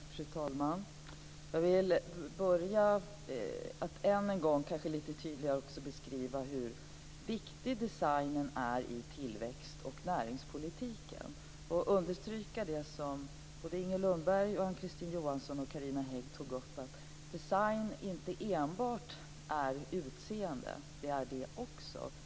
Fru talman! Jag vill börja med att än en gång kanske lite tydligare beskriva hur viktig designen är i tillväxt och näringspolitiken och understryka det som Hägg tog upp om att design inte enbart är utseende. Det är det också.